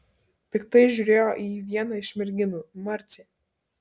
piktai žiūrėjo į jį viena iš merginų marcė